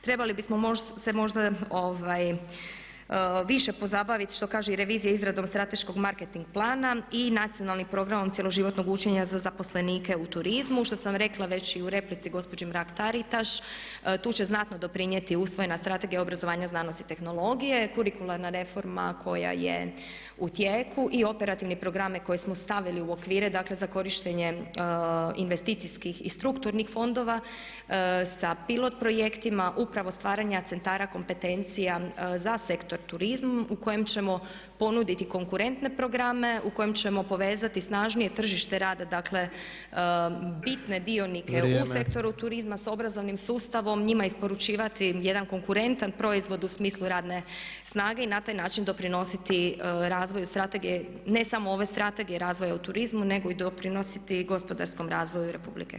Trebali bi se možda više pozabaviti što kaže i revizija izradom strateškog marketing plana i nacionalnim programom cjeloživotnog učenja za zaposlenike u turizmu, što sam rekla već i u replici gospođi Mrak-Taritaš, tu će znatno doprinijeti usvojena strategija obrazovanja, znanosti i tehnologije, kurikularna reforma koja je u tijeku i operativni programe koje smo stavili u okvire, dakle za korištenje investicijskih i strukturnih fondova sa pilot projektima upravo stvaranja centara kompetencija za Sektor turizma u kojem ćemo ponuditi konkurentne programe, u kojem ćemo povezati snažnije tržište rada, dakle bitne dionike u [[Upadica Tepeš: Vrijeme.]] sektoru turizma s obrazovnim sustavom, njima isporučivati jedan konkurentan proizvod u smislu radne snage i na taj način doprinositi razvoju strategije, ne samo ove Strategije razvoja u turizmu, nego i doprinositi gospodarskom razvoju Republike Hrvatske.